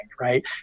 right